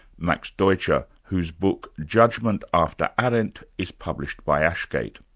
max deutscher, whose book judgment after arendt is published by ashgate.